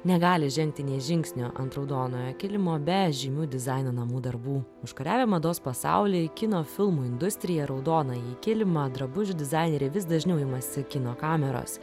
negali žengti nė žingsnio ant raudonojo kilimo be žymių dizaino namų darbų užkariavę mados pasaulį kino filmų industriją raudonąjį kilimą drabužių dizaineriai vis dažniau imasi kino kameros